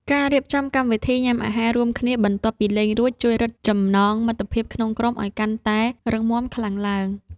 ការរៀបចំកម្មវិធីញ៉ាំអាហាររួមគ្នាបន្ទាប់ពីលេងរួច ជួយរឹតចំណងមិត្តភាពក្នុងក្រុមឱ្យកាន់តែរឹងមាំខ្លាំងឡើង។